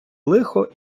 лихо